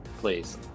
please